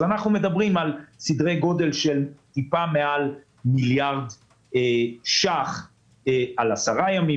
אז אנחנו מדברים על סדרי גודל של קצת מעל מיליארד ש"ח ל-10 ימים,